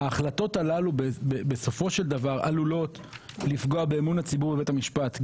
ההחלטות הללו בסופו של דבר עלולות לפגוע באמון הציבור בבית המשפט,